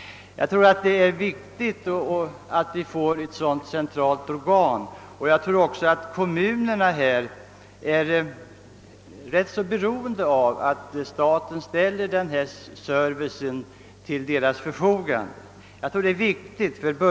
Det är viktigt att vi får ett centralt organ av detta slag, ty kommunerna är rätt beroende av att staten ställer sådan service till deras förfogande.